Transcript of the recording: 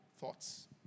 thoughts